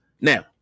now